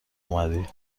اومدی